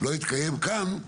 לא יתקיים כאן,